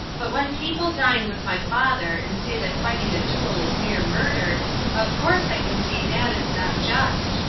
but when people dine with my father and say that fighting a duel is mere murder of course i can see that is not just.